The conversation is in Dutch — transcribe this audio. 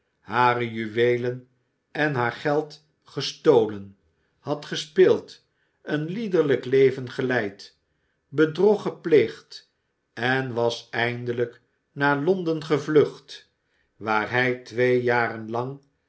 hare juweelen en haar geld gestolen had gespeeld een liederlijk leven geleid bedrog gepleegd en was eindelijk naar londen gevlucht waar hij twee jaren lang